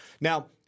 Now